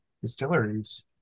distilleries